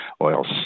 oil